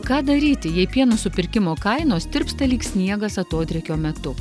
ką daryti jei pieno supirkimo kainos tirpsta lyg sniegas atodrėkio metu